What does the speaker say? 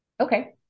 Okay